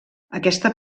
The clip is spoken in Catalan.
aquesta